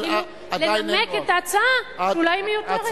-- אפילו לנמק את ההצעה שאולי היא מיותרת.